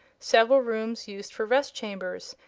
several rooms used for rest chambers,